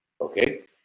Okay